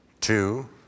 two